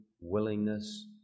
willingness